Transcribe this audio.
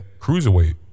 Cruiserweight